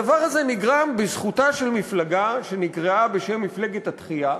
הדבר הזה נגרם בזכותה של מפלגה שנקראה בשם מפלגת התחיה,